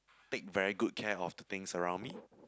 take very good care of the things around me